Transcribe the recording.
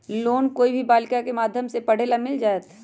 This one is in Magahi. लोन कोई भी बालिका के माध्यम से पढे ला मिल जायत?